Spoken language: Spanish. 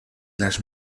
las